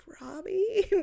Robbie